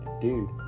dude